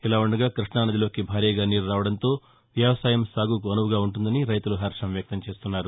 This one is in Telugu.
ఇలా వుండగా కృష్ణా నదిలోనికి భారీగా నీరు రావటంతో వ్యవసాయం సాగుకు అనువుగా ఉంటుందని రైతులు హర్షం వ్యక్తం చేస్తున్నారు